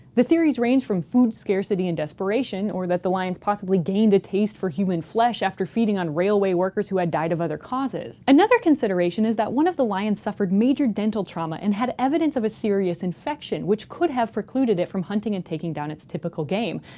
the theories range from food scarcity and desperation, or that the lions possibly gained a taste for human flesh after feeding on railway workers who had died of other causes. another consideration is that one of the lions suffered major dental trauma and had evidence of a serious infection, which could have precluded it from hunting and taking down its typical game.